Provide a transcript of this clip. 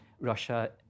Russia